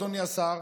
אדוני השר,